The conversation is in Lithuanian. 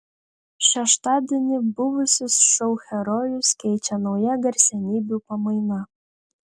šeštadienį buvusius šou herojus keičia nauja garsenybių pamaina